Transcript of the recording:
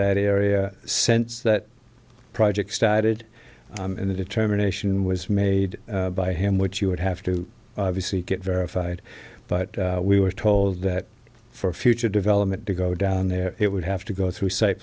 that area sense that project started and the determination was made by him which you would have to obviously get verified but we were told that for future development to go down there it would have to go through site